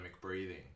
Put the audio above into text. breathing